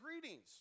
greetings